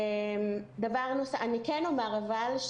אני כאן אומר אבל,